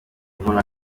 umuntu